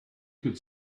could